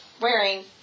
wearing